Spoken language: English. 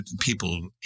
People